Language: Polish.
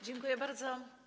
Dziękuję bardzo.